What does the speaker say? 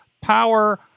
Power